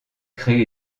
crée